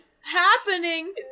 happening